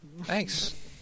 Thanks